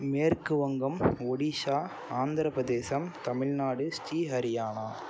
மேற்கு வங்கம் ஒடிசா ஆந்திர பிரதேசம் தமிழ்நாடு ஸ்ரீ ஹரியானா